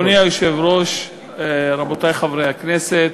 אדוני היושב-ראש, רבותי חברי הכנסת,